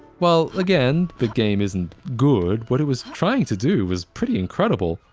while again, the game isn't good, what it was trying to do was pretty incredible,